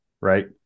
right